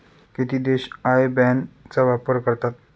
किती देश IBAN चा वापर करतात?